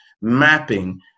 mapping